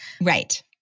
Right